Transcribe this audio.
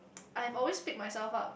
I'm always pick myself up